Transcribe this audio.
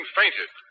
fainted